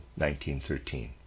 1913